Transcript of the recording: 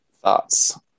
thoughts